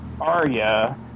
Arya